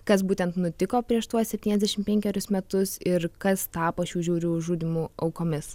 kas būtent nutiko prieš tuos septyniasdešim penkerius metus ir kas tapo šių žiaurių žudymų aukomis